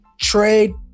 trade